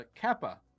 Kappa